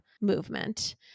movement